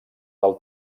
del